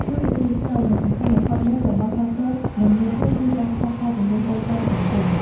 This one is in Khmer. តួនាទីស្នូល និងសំខាន់បំផុតមួយរបស់ចាស់ទុំ និងមេភូមិគឺការផ្សះផ្សាជម្លោះតូចតាចក្នុងភូមិ។